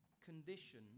condition